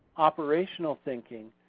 operational thinking,